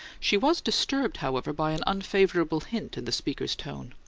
she was disturbed, however, by an unfavourable hint in the speaker's tone.